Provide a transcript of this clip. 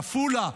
בעפולה,